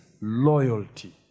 loyalty